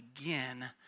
again